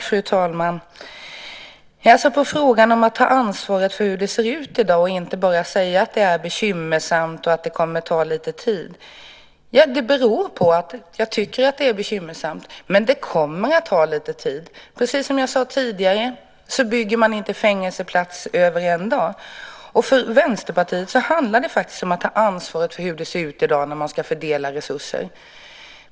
Fru talman! Man ska ta ansvar för hur det ser ut i dag och inte bara säga att det är bekymmersamt och att det kommer att ta tid, säger Peter Althin. Men jag tycker att det är bekymmersamt, och det kommer att ta tid. Precis som jag sade tidigare bygger man inte fängelseplatser på en dag. För Vänsterpartiet handlar det om att ta ansvar för hur det ser ut i dag när man ska fördela resurser.